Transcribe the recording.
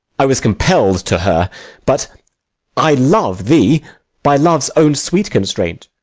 i was compell'd to her but i love the by love's own sweet constraint,